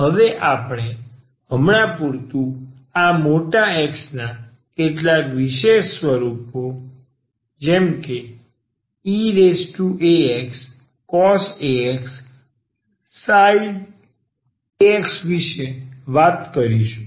હવે આપણે હમણાં પૂરતું આ X ના કેટલાક વિશેષ સ્વરૂપો eax cosaxsin વિશે વાત કરીશું